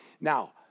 now